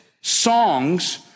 Songs